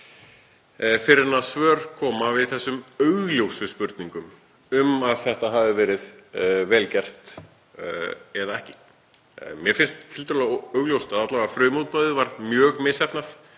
fyrr en svör koma við þessum augljósu spurningum um hvort þetta hafi verið vel gert eða ekki. Mér finnst tiltölulega augljóst að frumútboðið var mjög misheppnað,